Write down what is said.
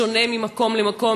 שונה ממקום למקום,